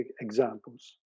examples